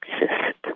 exist